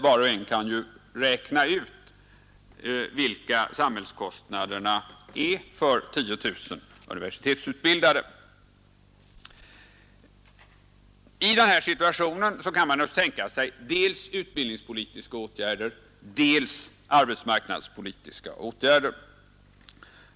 Var och en kan ju räkna ut vilka samhällskostnaderna är för 10 000 universitetsutbildade. I den här situationen kan man naturligtvis tänka sig dels utbildningspolitiska åtgärder, dels arbetsmarknadspolitiska åtgärder.